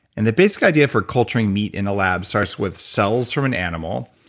and the basic idea for culturing meat in a lab, starts with cells from an animal,